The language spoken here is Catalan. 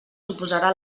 suposarà